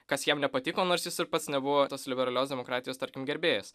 kas jam nepatiko nors jis ir pats nebuvo tos liberalios demokratijos tarkim gerbėjas